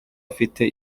afite